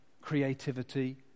creativity